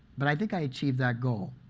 but i think i achieved that goal.